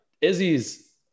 Izzy's